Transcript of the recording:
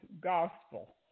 gospel